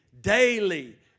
daily